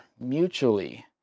mutually